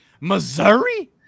Missouri